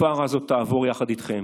התקופה הזאת תעבור יחד איתכם.